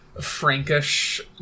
Frankish